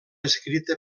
escrita